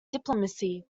diplomacy